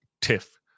tiff